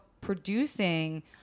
producing